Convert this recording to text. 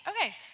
Okay